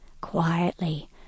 quietly